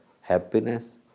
happiness